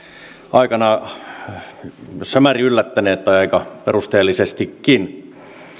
aikana jossain määrin yllättäneet tai aika perusteellisestikin